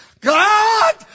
God